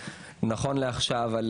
נכון לעכשיו אנחנו מדברים על